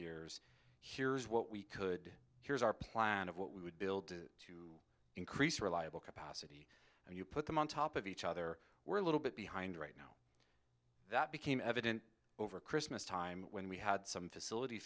years here's what we could here's our plan of what we would build to increase reliable capacity and you put them on top of each other we're a little bit behind right now that became evident over christmas time when we had some facility